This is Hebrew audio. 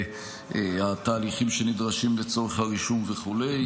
בתהליכים שנדרשים לצורך הרישום וכו'.